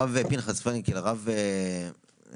הרב פנחס פרנקל, משרד